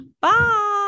Bye